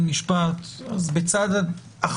או שינוי תודעה ציבורית לבין משפט.